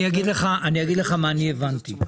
אני אגיד לך מה אני הבנתי.